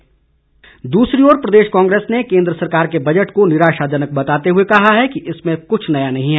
कांग्रेस प्रतिक्रिया दूसरी ओर प्रदेश कांग्रेस ने केंद्र सरकार के बजट को निराशाजनक बताते हुए कहा है कि इसमें कुछ नया नहीं है